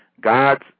God's